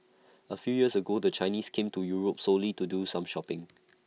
A few years ago the Chinese came to Europe solely to do some shopping